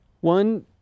One